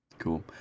cool